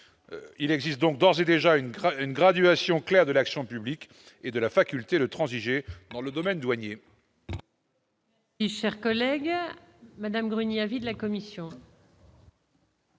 il existe donc d'ores et déjà une grâce une graduation clair de l'action publique et de la faculté de transiger dans le domaine douanier.